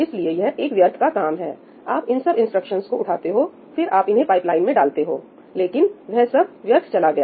इसलिए यह एक व्यर्थ का काम है आप इन सब इंस्ट्रक्शंस को उठाते हो फिर आप उन्हें पाइपलाइन में डालते हो लेकिन वह सब व्यर्थ चला गया